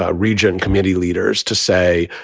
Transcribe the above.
ah region community leaders to say,